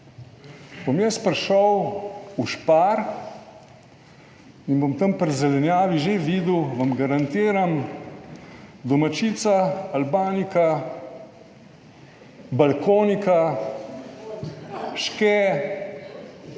bom jaz prišel v Spar in bom tam pri zelenjavi že videl, vam garantiram, domačica, Albanika, Balkonika, Ške